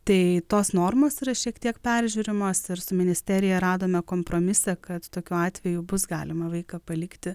tai tos normos yra šiek tiek peržiūrimos ir su ministerija radome kompromisą kad tokiu atveju bus galima vaiką palikti